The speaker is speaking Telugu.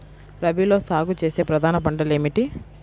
రబీలో సాగు చేసే ప్రధాన పంటలు ఏమిటి?